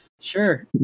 Sure